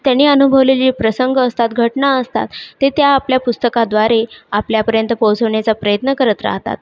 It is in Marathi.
त्यांनी अनुभवलेली प्रसंग असतात घटना असतात ते त्या आपल्या पुस्तकाद्वारे आपल्यापर्यंत पोहोचवण्याचा प्रयत्न करत राहतात